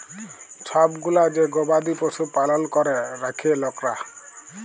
ছব গুলা যে গবাদি পশু পালল ক্যরে রাখ্যে লকরা